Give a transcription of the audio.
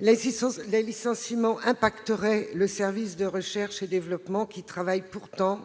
Les licenciements affecteraient le service de recherche et développement qui travaille pourtant